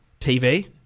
TV